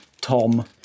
Tom